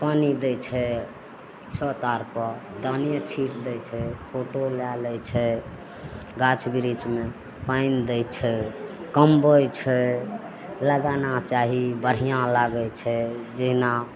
पानी दै छै छत आओरपर दाने छिटि दै छै फोटो लए लै छै गाछ बिरिछमे पानि दै छै कमबै छै लगाना चाही बढ़िआँ लागै छै जेना